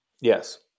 Yes